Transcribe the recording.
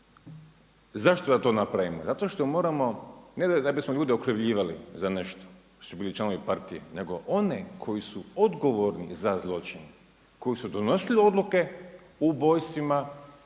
Zašto da to napravimo? Zato što moramo, ne da bi smo ljude okrivljivali za nešto, da su bili članovi partije, nego one koji su odgovorni za zločine, koji su donosili odluke o ubojstvima